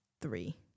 three